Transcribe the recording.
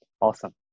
awesome